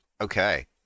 Okay